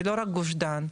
זה לא רק גוש דן,